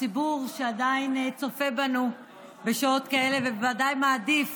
הציבור שעדיין צופה בנו בשעות כאלה ובוודאי מעדיף